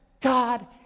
God